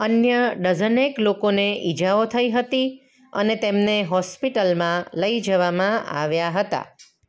અન્ય ડઝનેક લોકોને ઈજાઓ થઈ હતી અને તેમને હૉસ્પિટલમાં લઈ જવામાં આવ્યાં હતાં